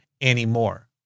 anymore